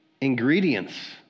ingredients